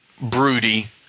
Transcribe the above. broody